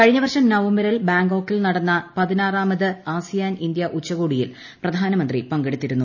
കഴിഞ്ഞ വർഷം നവംബറിൽ ബാങ്കോക്കിൽ നടന്ന പതിനാറാമത് ആസിയാൻ ഇന്ത്യ ഉച്ചകോടിയിൽ പ്രധാനമന്ത്രി പങ്കെടുത്തിരുന്നു